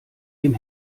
dem